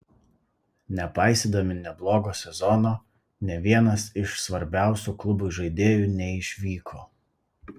nepaisydami neblogo sezono nė vienas iš svarbiausių klubui žaidėjų neišvyko